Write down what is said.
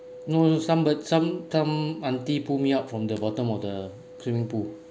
no somebo~ some some auntie pull me up from the bottom of the swimming pool